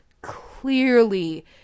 clearly